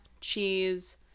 cheese